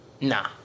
Nah